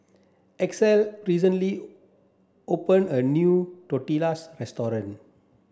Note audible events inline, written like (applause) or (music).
Axel recently open a new Tortillas (unintelligible)